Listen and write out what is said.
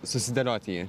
susidėlioti jį